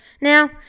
Now